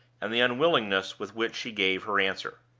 and the unwillingness with which she gave her answer.